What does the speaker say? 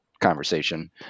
conversation